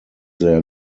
their